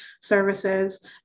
services